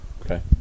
Okay